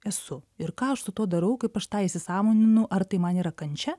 esu ir ką aš su tuo darau kaip aš tai įsisąmoninu ar tai man yra kančia